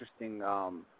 interesting –